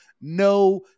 no